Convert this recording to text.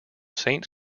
saint